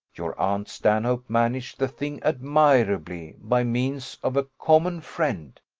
your aunt stanhope managed the thing admirably by means of a common friend,